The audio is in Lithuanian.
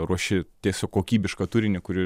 ruoši tiesiog kokybišką turinį kurį